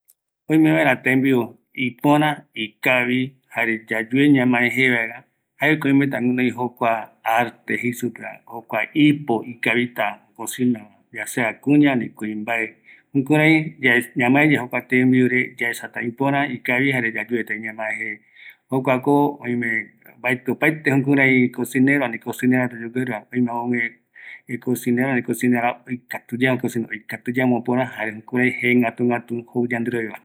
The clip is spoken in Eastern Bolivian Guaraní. Oime vaera tembiu ɨpora ye ye, jare yayueta ñamae jee, jaeko öimeta oikatuyeye, tembiu iyapoa, mbaetɨko opaete ipokavi oyapo vaera tembiuva, jaeretako oyueukata yandeve